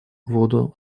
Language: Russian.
воду